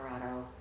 Colorado